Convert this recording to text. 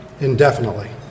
indefinitely